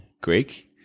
Greek